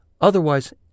Otherwise